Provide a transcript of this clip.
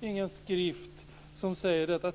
ingen skrift som säger detta.